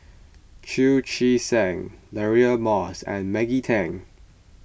Chu Chee Seng Deirdre Moss and Maggie Teng